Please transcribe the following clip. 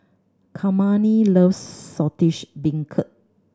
Kymani loves Saltish Beancurd